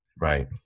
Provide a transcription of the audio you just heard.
Right